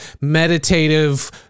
meditative